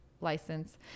license